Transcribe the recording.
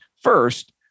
first